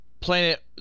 Planet